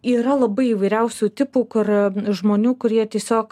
yra labai įvairiausių tipų kur žmonių kurie tiesiog